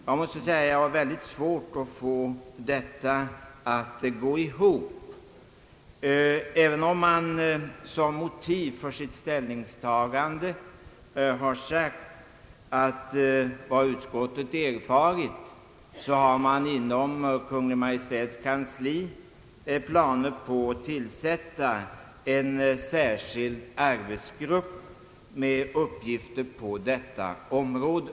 Jag har synnerligen svårt att få detta att gå ihop, även om utskottet som motiv för sitt ställningstagande anför att enligt vad utskottet erfarit föreligger inom Kungl. Maj:ts kansli planer att tillsätta en särskild arbetsgrupp med uppgifter på byggområdet.